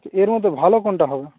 এর মধ্যে ভালো কোনটা হবে